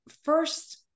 first